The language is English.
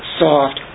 soft